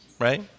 right